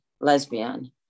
lesbian